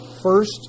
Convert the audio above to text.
first